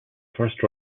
first